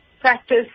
practice